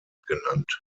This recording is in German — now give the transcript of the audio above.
genannt